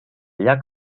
llac